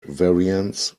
variants